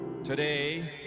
today